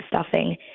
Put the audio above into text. stuffing